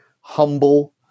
humble